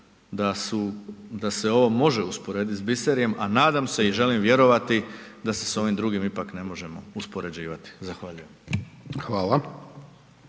se ovo može usporediti sa biserjem a nadam se i želim vjerovati da se s ovim drugim ipak ne možemo uspoređivati, zahvaljujem. **Hajdaš